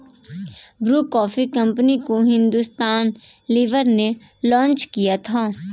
Bru coffee company को Hindustan Lever ने launch किया था